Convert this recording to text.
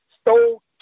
stole